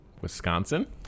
Wisconsin